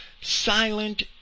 silent